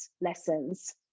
lessons